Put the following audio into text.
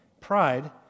Pride